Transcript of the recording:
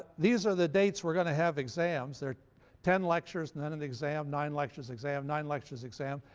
these are the dates we're going to have exams. there are ten lectures and then an exam nine lectures, exam nine lectures, exam.